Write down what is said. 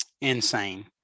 insane